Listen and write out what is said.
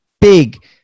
big